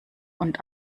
und